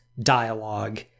dialogue